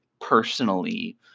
personally